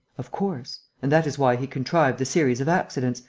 of course and that is why he contrived the series of accidents,